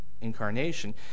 incarnation